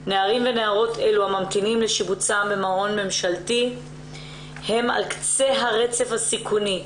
והנערות הממתינים לשיבוצם במעון ממשלתי הם על קצה הרצף הסיכוני.